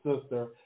sister